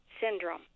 syndrome